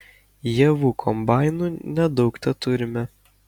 javų kombainų nedaug teturime